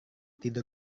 tidur